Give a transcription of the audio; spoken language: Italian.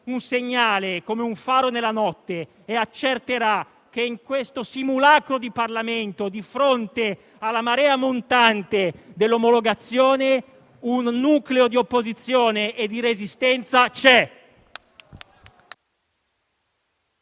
un segnale come un faro nella notte, e accerterà che in questo simulacro di Parlamento, di fronte alla marea montante dell'omologazione, un nucleo di opposizione e di resistenza c'è.